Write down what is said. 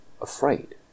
afraid